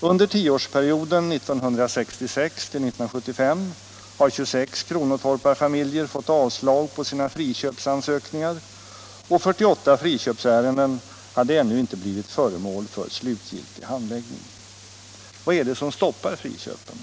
Under tioårsperioden 1966-1975 har 26 kronotorparfamiljer fått avslag på sina friköpsansökningar, och 48 friköpsärenden hade ännu inte blivit föremål för slutgiltig handläggning. Vad är det som stoppar friköpen?